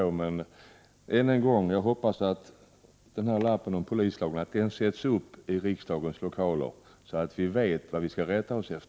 Jag vill än en gång säga att jag hoppas att det sätts upp ett anslag med citatet ur polislagen i riksdagens lokaler, så att vi vet vad vi har att rätta oss efter.